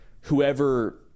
whoever